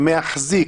דעתך נשמעה,